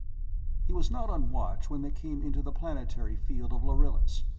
he was not on watch when they came into the planetary field of lharillis,